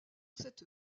cette